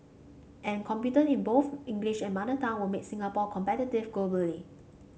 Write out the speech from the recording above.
and competence in both English and mother tongue will make Singapore competitive globally